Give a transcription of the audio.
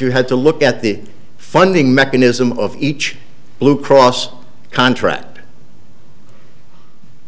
you had to look at the funding mechanism of each blue cross contract